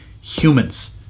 humans